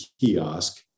kiosk